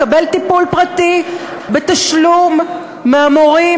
לקבל טיפול פרטי בתשלום מהמורים,